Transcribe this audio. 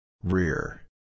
Rear